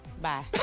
Bye